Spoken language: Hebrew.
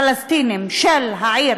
הפלסטינים של העיר